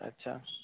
अच्छा